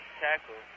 tackle